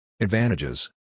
Advantages